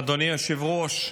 אדוני היושב-ראש,